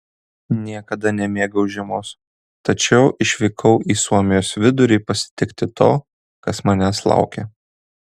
niekada nemėgau žiemos tačiau išvykau į suomijos vidurį pasitikti to kas manęs laukė